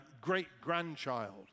great-grandchild